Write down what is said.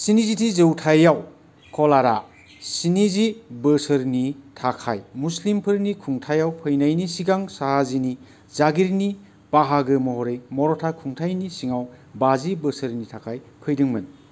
स्निजिथि जौथाइयाव कलारा स्निजि बोसोरनि थाखाय मुस्लिमफोरनि खुंथायाव फैनायनि सिगां साहाजिनि जागिरनि बाहागो महरै मर'ता खुंथायनि सिङाव बाजि बोसोरनि थाखाय फैदोंमोन